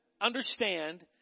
understand